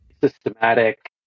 systematic